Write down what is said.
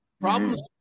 Problems